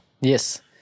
Yes